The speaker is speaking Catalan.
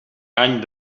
any